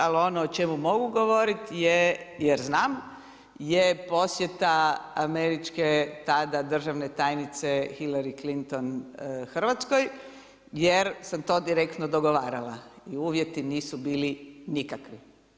Ali ono o čemu mogu govoriti jer znam je posjeta američke tada državne tajnice Hilary Clinton Hrvatskoj, jer sam to direktno dogovarala i uvjeti nisu bili nikakvi.